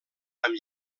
amb